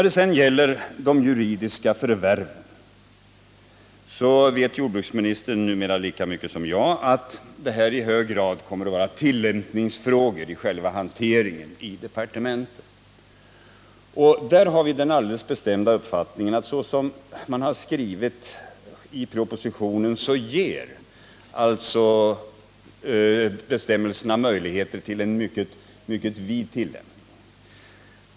Beträffande juridiska personers förvärv vet jordbruksministern lika väl som jag att detta i hög grad kommer att vara tillämpningsfrågor när det gäller själva hanteringen i departementet. Vi har den alldeles bestämda uppfattningen att så som bestämmelserna är utformade i propositionen ges möjligheter till en mycket vid tillämpning.